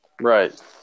right